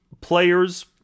players